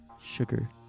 sugar